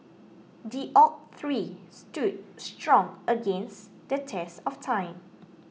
the oak tree stood strong against the test of time